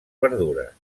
verdures